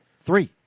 Three